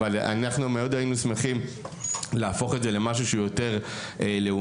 אבל אנחנו מאוד היינו שמחים להפוך את זה למשהו שהוא יותר לאומי.